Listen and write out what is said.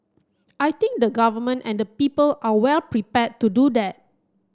I think the Government and the people are well prepared to do that